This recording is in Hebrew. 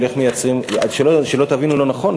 שלא תבינו לא נכון,